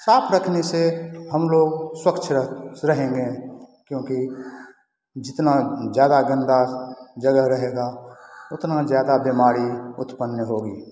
साफ रखने से हमलोग स्वच्छ रहेंगे क्योंकि जितना ज़्यादा गंदा जगह रहेगा उतना ज़्यादा बीमारी उत्पन्न होगा